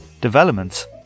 developments